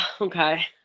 okay